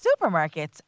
supermarkets